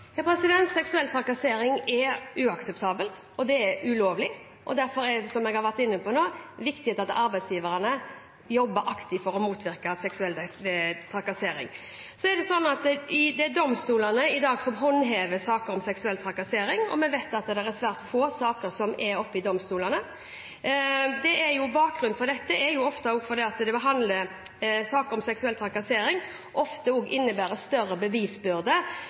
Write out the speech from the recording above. Seksuell trakassering er uakseptabelt, og det er ulovlig. Derfor er det, som jeg har vært inne på, viktig at arbeidsgiverne jobber aktivt for å motvirke seksuell trakassering. Det er domstolene som i dag håndhever saker om seksuell trakassering, og vi vet at det er svært få saker som er oppe i domstolene. Bakgrunnen for dette er at saker om seksuell trakassering ofte innebærer større bevisbyrde enn andre saker. Da SV satt i regjering og hadde min posisjon, kom de også til konklusjonen at de ikke ønsket at seksuell trakassering